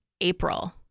April